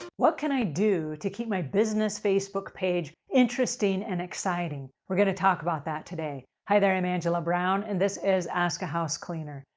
what can i do to keep my business facebook page interesting and exciting? we're going to talk about that today. hi, there. i'm angela brown, and this is ask a house cleaner.